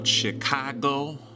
Chicago